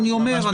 ואני אומר,